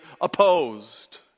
opposed